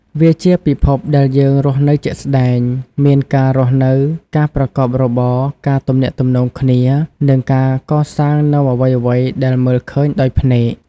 វាជាពិភពដែលយើងរស់នៅជាក់ស្តែង មានការរស់នៅ ការប្រកបរបរ ការទំនាក់ទំនងគ្នា និងការកសាងនូវអ្វីៗដែលមើលឃើញដោយភ្នែក។